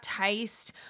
taste